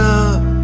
up